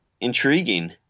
intriguing